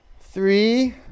Three